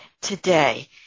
today